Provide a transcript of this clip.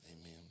amen